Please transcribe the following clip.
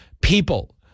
people